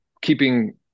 keeping